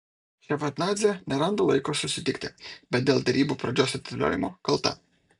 ševardnadzė neranda laiko susitikti bet dėl derybų pradžios atidėliojimo kalta